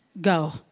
go